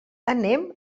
anem